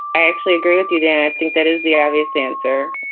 i actually agree with you that i think that is the r v s answer.